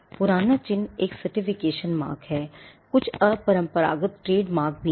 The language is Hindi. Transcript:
पुराना चिह्न एक Certification mark है I कुछ अपरंपरागत ट्रेडमार्क भी हैं